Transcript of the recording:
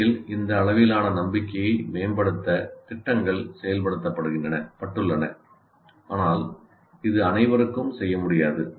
உண்மையில் இந்த அளவிலான நம்பிக்கையை மேம்படுத்த திட்டங்கள் செயல்படுத்தப்பட்டுள்ளன ஆனால் இது அனைவருக்கும் செய்ய முடியாது